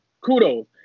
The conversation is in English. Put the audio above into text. kudos